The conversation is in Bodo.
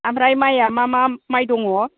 आमफ्राइ माइआ मा मा माइ दङ